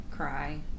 cry